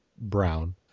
brown